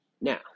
Now